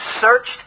searched